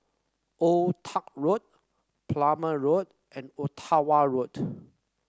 Old Tuck Road Plumer Road and Ottawa Road